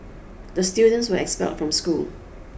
the students were expelled from school